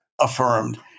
affirmed